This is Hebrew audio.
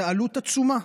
זו עלות עצומה.